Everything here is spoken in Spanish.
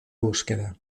búsqueda